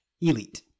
Elite